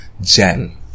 Jen